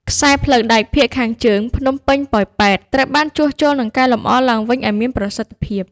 ខ្សែផ្លូវដែកភាគខាងជើង (ភ្នំពេញ-ប៉ោយប៉ែត) ត្រូវបានជួសជុល និងកែលម្អឡើងវិញឱ្យមានប្រសិទ្ធភាព។